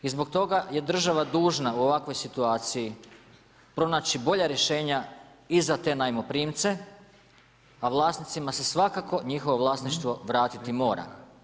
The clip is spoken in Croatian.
I zbog toga je država dužna u ovakvoj situaciji pronaći bolja rješenja i za te najmoprimce, a vlasnicima se svakako njihovo vlasništvo vratiti mora.